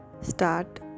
start